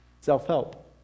self-help